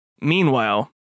Meanwhile